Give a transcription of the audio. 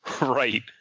Right